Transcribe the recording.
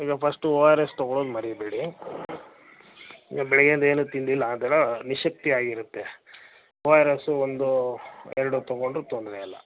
ಈಗ first O R S ತಗೊಳೋದು ಮರೀಬೇಡಿ ಈಗ ಬೆಳಗ್ಗಿಂದೇನೂ ತಿಂದಿಲ್ಲ ನಿಶ್ಶಕ್ತಿ ಆಗಿರುತ್ತೆ ಓ ಆರ್ ಎಸ್ಸು ಒಂದು ಎರಡು ತೊಗೊಂಡರೂ ತೊಂದರೆ ಇಲ್ಲ